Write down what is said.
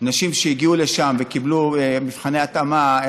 נשים שהגיעו לשם וקיבלו מבחני התאמה,